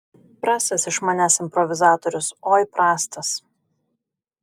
prastas iš manęs improvizatorius oi prastas